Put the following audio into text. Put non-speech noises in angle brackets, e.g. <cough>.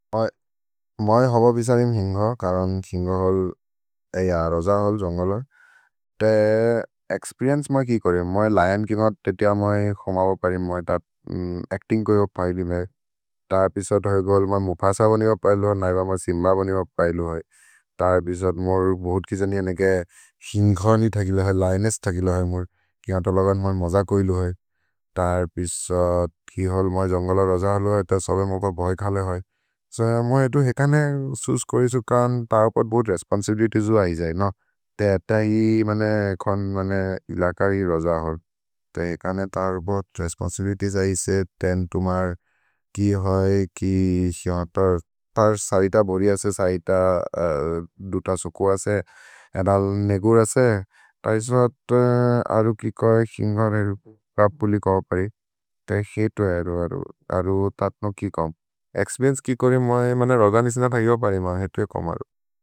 मए होबो पिसदिम् हिन्घो, करन् हिन्घो होल् ए अरोज होल्, जोन्गोलर्। ते एक्स्पेरिएन्चे मा कि कोरे, मए लयन् किम ते तिअ मए होमबो परिम्, मए त अच्तिन्ग् कोइ हो पैलिमे। त एपिसोद् होइ गोल् मा मुफस बोनि हो पैलु होइ, नैब मा सिम्ब बोनि हो पैलु होइ। त एपिसोद् मोर् बोहोत् किस निअ नेके हिन्घनि तकिल होइ, लयनेस् तकिल होइ मोर्, किन तो लगन् मए मज कोइलु होइ। त एपिसोद् कि होल् मए <hesitation> जोन्गोलर् अरोज होल् होइ, सो मए एतु हेकने सुस् कोरिसु, करन् तओपद् बोत् रेस्पोन्सिबिलितिएस् हो ऐजै न, ते एत हि मने खोन् इलकरि रोज होइ। ते हेकने तर् बोत् <hesitation> रेस्पोन्सिबिलितिएस् ऐजै से, तेन् तुमर् कि होइ, कि शिमतर्। तर् सहित बोरि असे, सहित दुत सुकु असे, एदल् नेगुर् असे, त एपिसोद् अरु कि कोइ, हिन्घर् एरु प्रपुलि कौ परि, ते हितो एरु अरु, अरु तत्ल, एक्स्पेरिएन्चे कि कोइ, मने रोगनिज् नत हि हो परि, मए एतु हेको मरु।